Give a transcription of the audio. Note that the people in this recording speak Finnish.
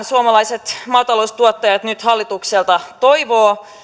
suomalaiset maataloustuottajat nyt hallitukselta toivovat